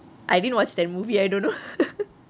I didn't watch that movie I don't know